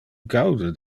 gaude